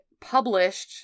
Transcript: published